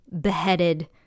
beheaded